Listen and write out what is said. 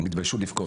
הם התביישו לבכות,